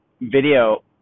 video